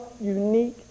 unique